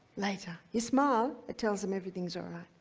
later, you smile, it tells them everything's all right,